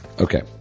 Okay